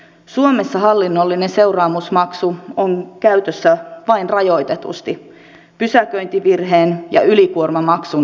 suomessa hallinnollinen seuraamusmaksu on käytössä vain rajoitetusti pysäköintivirheen ja ylikuormamaksun osalta